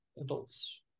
adults